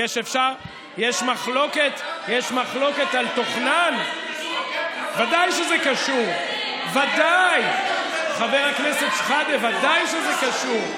יש מחלוקת על תוכנן, מה זה קשור, ודאי שזה קשור,